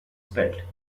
spelled